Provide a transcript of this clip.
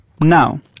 Now